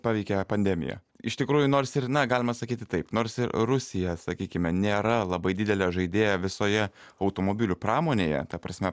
paveikė pandemija iš tikrųjų nors ir na galima sakyti taip nors rusija sakykime nėra labai didelė žaidėja visoje automobilių pramonėje ta prasme